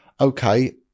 Okay